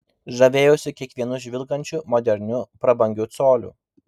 žavėjausi kiekvienu žvilgančiu moderniu prabangiu coliu